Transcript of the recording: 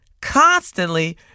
constantly